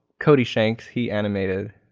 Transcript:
cody shanks, he animated,